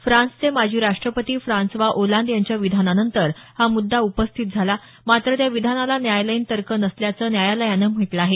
फ्रान्सचे माजी राष्ट्रपती फ्रान्सवा ओलांद यांच्या विधानानंतर हा मुद्दा उपस्थित झाला मात्र त्या विधानाला न्यायालयीन तर्क नसल्याचं न्यायालयानं म्हटलं आहे